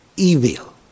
Evil